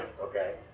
Okay